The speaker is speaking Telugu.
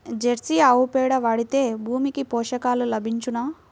జెర్సీ ఆవు పేడ వాడితే భూమికి పోషకాలు లభించునా?